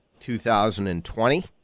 2020